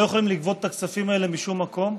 הן לא יכולות לגבות את הכספים האלה משום מקום.